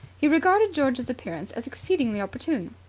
he regarded george's appearance as exceedingly opportune.